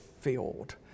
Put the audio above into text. field